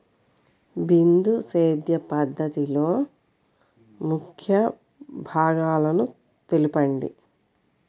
బిందు సేద్య పద్ధతిలో ముఖ్య భాగాలను తెలుపండి?